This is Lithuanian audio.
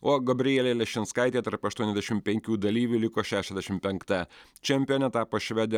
o gabrielė lešinskaitė tarp aštuoniasdešimt penkių dalyvių liko šešiasdešimt penkta čempione tapo švedė